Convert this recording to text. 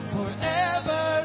Forever